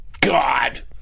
God